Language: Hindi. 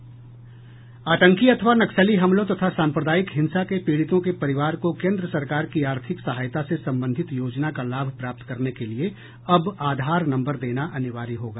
आतंकी अथवा नक्सली हमलों तथा सांप्रदायिक हिंसा के पीड़ितों के परिवार को केंद्र सरकार की आर्थिक सहायता से संबंधित योजना का लाभ प्राप्त करने के लिए अब आधार नम्बर देना अनिवार्य होगा